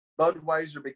budweiser